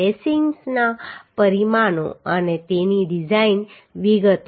લેસીંગ્સના પરિમાણો અને તેની ડિઝાઇન વિગતો